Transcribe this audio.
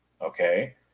Okay